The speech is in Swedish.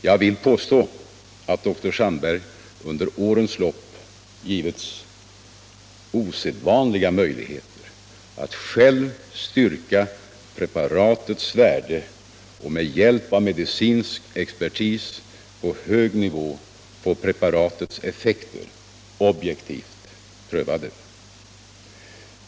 Jag vill påstå att dr Sandberg under årens lopp givits osedvanliga möjligheter att själv styrka preparatets värde och att med hjälp av medicinsk expertis på hög nivå få dess effekter objektivt prövade.